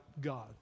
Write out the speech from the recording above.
God